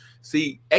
See